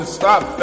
stop